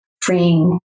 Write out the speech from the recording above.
freeing